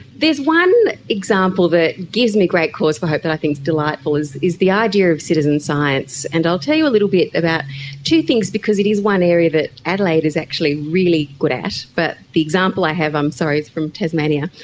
there's one example that gives me great cause for hope i think is delightful, is is the idea of citizen science. and i'll tell you a little bit about two things, because it is one area that adelaide is actually really good at, but the example i have, i'm sorry, is from tasmania.